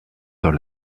dans